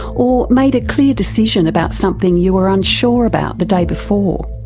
or made a clear decision about something you were unsure about the day before?